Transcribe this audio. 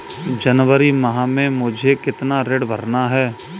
जनवरी माह में मुझे कितना ऋण भरना है?